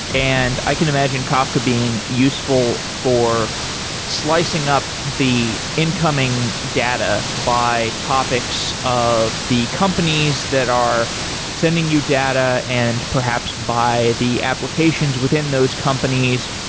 and i can imagine kafka being useful for slicing up the incoming data by topics of the companies that are sending you data and perhaps buy the applications within those companies.